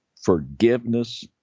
forgiveness